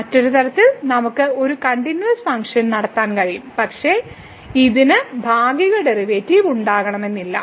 മറ്റൊരു തരത്തിൽ നമുക്ക് ഒരു കണ്ടിന്യൂവസ്സായ ഫംഗ്ഷൻ നടത്താൻ കഴിയും പക്ഷേ ഇതിന് ഭാഗിക ഡെറിവേറ്റീവ് ഉണ്ടാകണമെന്നില്ല